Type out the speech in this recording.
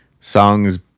songs